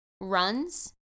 runs